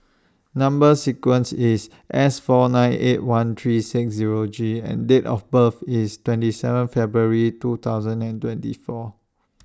Number sequence IS S four nine eight one three six Zero G and Date of birth IS twenty seven February two thousand and twenty four